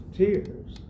tears